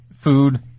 food